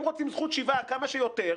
הם רוצים זכות שיבה כמה שיותר,